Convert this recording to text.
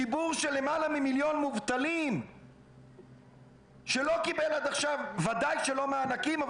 ציבור של למעלה ממיליון מובטלים שלא קיבל עד עכשיו בוודאי לא מענקים,